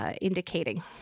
indicating